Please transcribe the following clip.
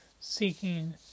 seeking